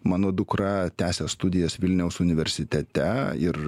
mano dukra tęsia studijas vilniaus universitete ir